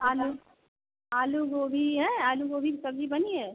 आलू आलू गोभी है आलू गोभी की सब्ज़ी बनी है